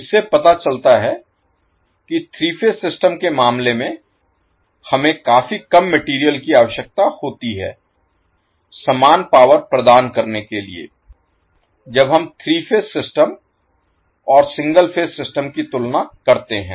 इससे पता चलता है कि 3 फेज सिस्टम के मामले में हमें काफी कम मटेरियल की आवश्यकता होती है समान पावर प्रदान करने के लिए जब हम 3 फेज सिस्टम और सिंगल फेज सिस्टम की तुलना करते हैं